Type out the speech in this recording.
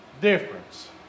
difference